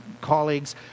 colleagues